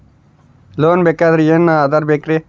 Loan ಬೇಕಾದ್ರೆ ಏನೇನು ಆಧಾರ ಬೇಕರಿ?